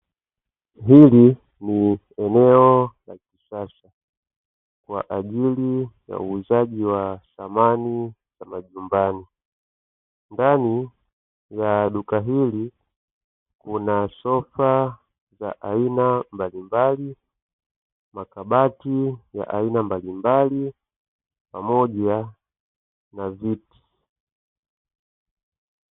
Hili ni eneo la kisasa kwa ajili ya uuzaji wa samani za majumbani. Ndani ya duka hili kuna sofa za aina mbalimbali, makabati ya aina mbalimbali pamoja na viti.